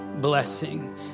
blessing